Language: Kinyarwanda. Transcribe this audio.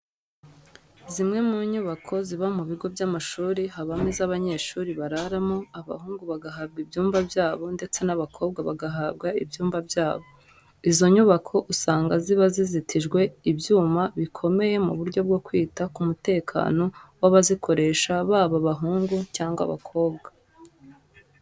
Zimwe mu nyubako ziba mu bigo by'amashuri habamo izo abanyeshuri bararamo, abahungu bagahabwa ibyumba byabo ndetse n'abakobwa bagahabwa ibyumba byabo. Izo nyubako usanga ziba zizitijwe ibyuma bikomeye mu buryo bwo kwita ku mutekano w'abazikoresha baba abahungu cyangwa abakobwa.